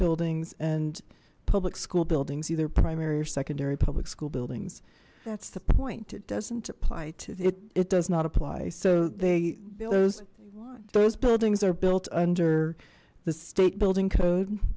buildings and public school buildings either primary or secondary public school buildings that's the point it doesn't apply to it it does not apply so they those those buildings are built under the state building code